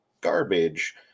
garbage